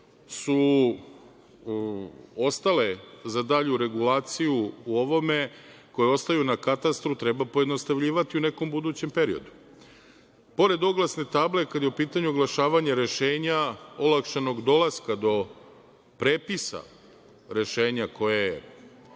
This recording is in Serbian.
su ostale za dalju regulaciju u ovome koje ostaju na katastru treba pojednostavljivati u nekom budućem periodu. Pored oglasne table kada je u pitanju oglašavanje rešenja, olakšanog dolaska do prepisa rešenja koje je